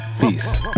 Peace